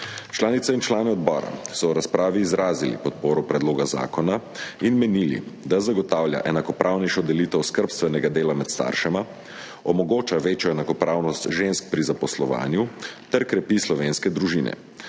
Članice in člani odbora so v razpravi izrazili podporo predlogu zakona in menili, da zagotavlja enakopravnejšo delitev skrbstvenega dela med staršema, omogoča večjo enakopravnost žensk pri zaposlovanju ter krepi slovenske družine.